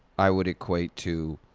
i would equate to